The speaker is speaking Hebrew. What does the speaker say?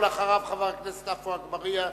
אחריו, חבר הכנסת עפו אגבאריה.